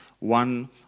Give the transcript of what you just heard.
one